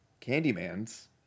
Candyman's